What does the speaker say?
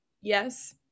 Yes